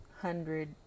hundred